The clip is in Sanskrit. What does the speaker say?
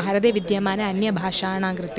भारते विद्यमाने अन्यभाषाणां कृते